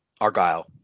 Argyle